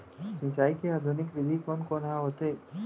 सिंचाई के आधुनिक विधि कोन कोन ह होथे?